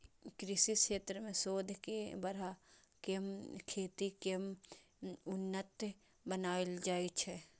कृषि क्षेत्र मे शोध के बढ़ा कें खेती कें उन्नत बनाएल जाइ छै